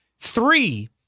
Three